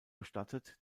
bestattet